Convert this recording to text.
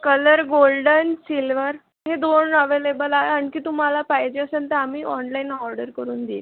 colour golden silver हे दोन available आहे आणखी तुम्हाला पाहिजे असेल तर आम्ही ऑनलाईन ऑर्डर करून देईल